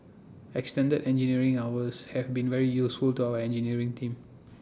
extended engineering hours have been very useful to our engineering team